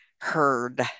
heard